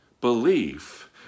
belief